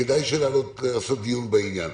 וכדאי לעשות דיון בעניין.